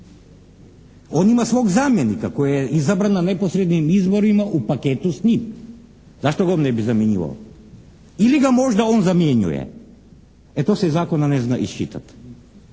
On ima svog zamjenika koji je izabran na neposrednim izborima u paketu s njim. Zašto ga on ne bi zamjenjivao? Ili ga možda on zamjenjuje? E to se iz zakona ne zna iščitat.